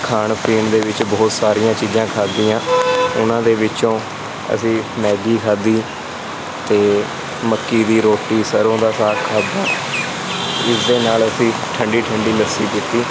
ਖਾਣ ਪੀਣ ਦੇ ਵਿੱਚ ਬਹੁਤ ਸਾਰੀਆਂ ਚੀਜ਼ਾਂ ਖਾਧੀਆਂ ਉਹਨਾਂ ਦੇ ਵਿੱਚੋਂ ਅਸੀਂ ਮੈਗੀ ਖਾਧੀ ਅਤੇ ਮੱਕੀ ਦੀ ਰੋਟੀ ਸਰ੍ਹੋਂ ਦਾ ਸਾਗ ਖਾਧਾ ਇਸਦੇ ਨਾਲ ਅਸੀਂ ਠੰਡੀ ਠੰਡੀ ਲੱਸੀ ਪੀਤੀ